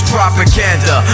Propaganda